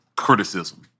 Criticism